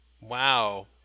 wow